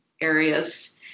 areas